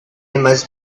must